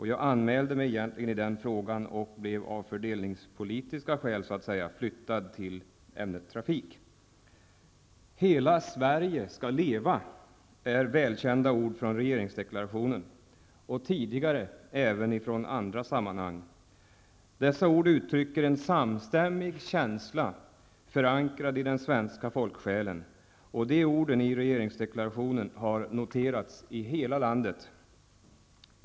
Jag anmälde mig också till ett inlägg i den debatten, men blev av ''fördelningspolitiska'' skäl flyttad till ämnet Trafik. ''Hela Sverige skall leva'' är välkända ord från regeringsdeklarationen och även från andra sammanhang. Dessa ord uttrycker en samstämmig känsla, förankrad i den svenska folksjälen, och de orden i regeringsdeklarationen har noterats i hela landet.